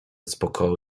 spokoju